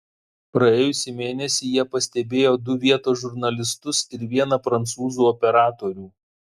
praėjusį mėnesį jie pastebėjo du vietos žurnalistus ir vieną prancūzų operatorių